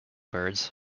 birds